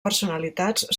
personalitats